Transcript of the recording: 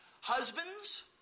Husbands